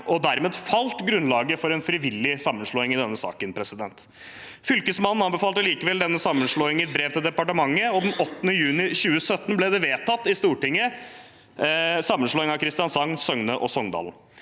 og dermed falt grunnlaget for en frivillig sammenslåing i denne saken. Fylkesmannen anbefalte likevel denne sammenslåingen i brev til departementet, og den 8. juni 2017 ble det i Stortinget vedtatt en sammenslåing av Kristiansand, Søgne og Songdalen.